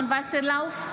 וסרלאוף,